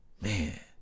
man